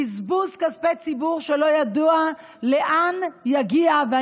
בזבוז כספי ציבור שלא ידוע לאן יגיעו,